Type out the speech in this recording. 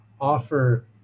offer